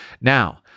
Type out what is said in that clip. Now